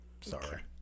Sorry